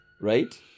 Right